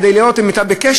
כדי להיות אתם בקשר.